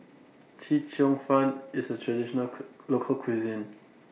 Chee Cheong Fun IS A Traditional Local Cuisine